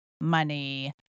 money